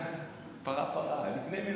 פרה-פרה, לפני מנחם בגין.